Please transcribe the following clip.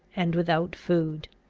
and without food.